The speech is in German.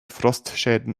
frostschäden